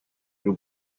y’u